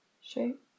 shape